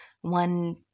one